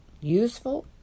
useful